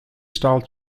style